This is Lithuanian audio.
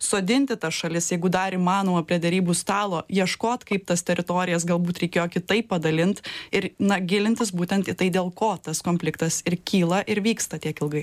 sodinti tas šalis jeigu dar įmanoma prie derybų stalo ieškot kaip tas teritorijas galbūt reikėjo kitaip padalint ir na gilintis būtent į tai dėl ko tas konfliktas ir kyla ir vyksta tiek ilgai